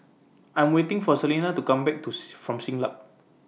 I'm waiting For Salena to Come Back Tooth from Siglap